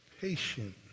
patient